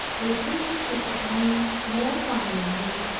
they persecuted me more violently,